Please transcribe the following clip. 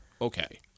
Okay